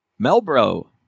Melbro